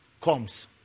comes